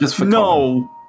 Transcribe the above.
no